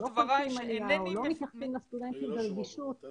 קולטים עלייה או לא מתייחסים לסטודנטים ברגישות -- אמרתי